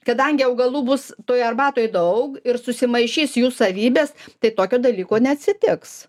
kadangi augalų bus toj arbatoj daug ir susimaišys jų savybės tai tokio dalyko neatsitiks